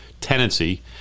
tenancy